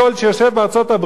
שיושב בארצות-הברית,